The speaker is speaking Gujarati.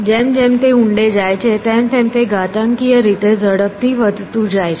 જેમ જેમ તે ઊંડે જાય છે તેમ તેમ તે ઘાતાંકીય રીતે ઝડપથી વધતું જાય છે